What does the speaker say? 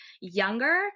younger